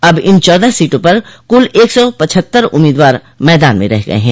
अब इन चौदह सीटों पर कुल एक सौ पचहत्तर उम्मीदवार मैदान में रह गये हैं